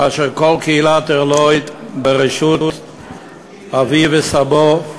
כאשר כל קהילת ערלוי, בראשות אביו וסבו,